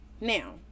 now